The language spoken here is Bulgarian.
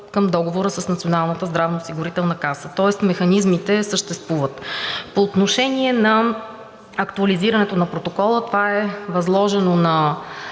каса. Тоест механизмите съществуват. По отношение на актуализирането на протокола, това е възложено на